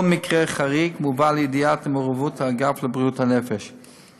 כל מקרה חריג מובא לידיעת האגף לבריאות הנפש ולמעורבותו.